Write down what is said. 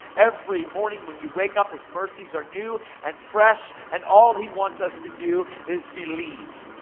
every morning when you wake up, his mercies are new and fresh, and all he wants us to do is believe.